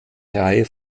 reihe